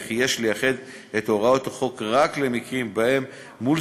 וכי יש לייחד את הוראות החוק רק למקרים שבהם מול